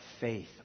faith